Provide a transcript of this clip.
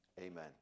amen